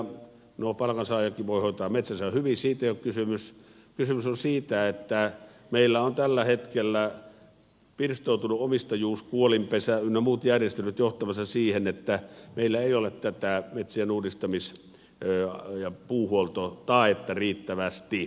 nuo palkansaajatkin voivat hoitaa metsänsä hyvin siitä ei ole kysymys kysymys on siitä että meillä ovat tällä hetkellä pirstoutunut omistajuus kuolinpesä ynnä muut järjestelyt johtamassa siihen että meillä ei ole tätä metsien uudistamis ja puuhuoltotaetta riittävästi